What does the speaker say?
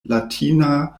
latina